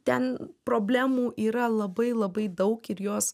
ten problemų yra labai labai daug ir jos